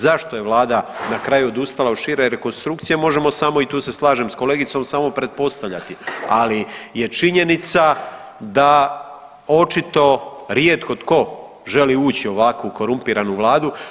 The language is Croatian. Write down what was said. Zašto je Vlada na kraju odustala od šire rekonstrukcije, možemo samo, i tu se slažem s kolegicom, samo pretpostavljati, ali je činjenica da očito rijetko tko želi ući u ovako korumpiranu Vladu.